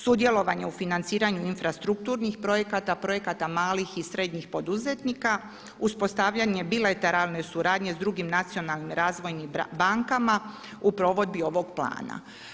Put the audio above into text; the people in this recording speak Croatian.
Sudjelovanje u financiranju infrastrukturnih projekata, projekata malih i srednjih poduzetnika, uspostavljanje bilateralne suradnje s drugim nacionalnim razvojnim bankama u provedbi ovog plana.